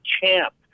champ